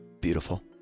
Beautiful